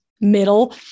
middle